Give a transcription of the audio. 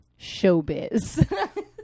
Showbiz